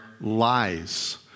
lies